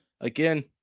again